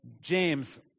James